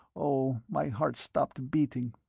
oh, my heart stopped beating.